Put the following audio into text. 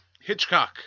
Hitchcock